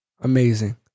Amazing